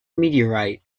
meteorite